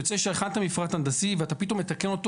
יוצא שהכנת מפרט הנדסי ואתה פתאום מתקן אותו,